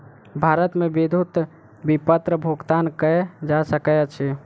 भारत मे विद्युत विपत्र भुगतान कयल जा सकैत अछि